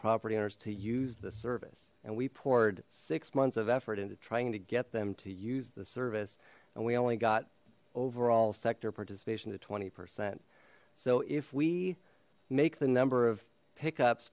property owners to use the service and we poured six months of effort into trying to get them to use the service and we only got overall sector participation to twenty percent so if we make the number of pickup